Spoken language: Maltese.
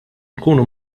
nkunu